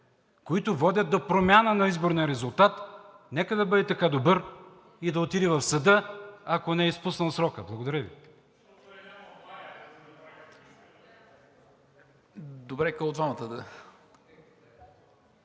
които водят до промяна на изборния резултат, нека да бъде така добър и да отиде в съда, ако не е изпуснал срока. Благодаря Ви.